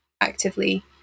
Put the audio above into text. actively